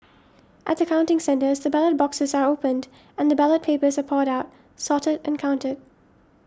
at the counting centres the ballot boxes are opened and the ballot papers are poured out sorted and counted